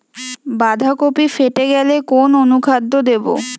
বাঁধাকপি ফেটে গেলে কোন অনুখাদ্য দেবো?